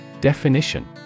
Definition